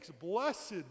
blessed